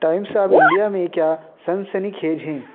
times of India में क्या सनसनीखेज़ है